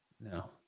No